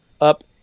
up